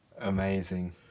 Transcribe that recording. Amazing